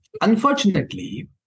Unfortunately